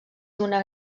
d’una